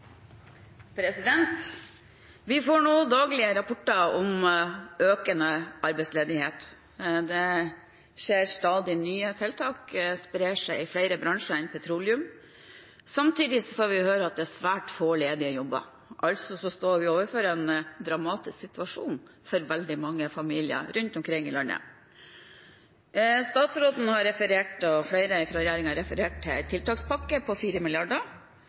Nordås. Vi får nå daglige rapporter om økende arbeidsledighet. Det skjer stadig nye tiltak, sprer seg i flere bransjer enn petroleum. Samtidig får vi høre at det er svært få ledige jobber, altså står vi overfor en dramatisk situasjon for veldig mange familier rundt omkring i landet. Statsråden og flere fra regjeringen har referert til en tiltakspakke på